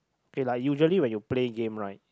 okay like usually when you play game right